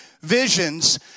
visions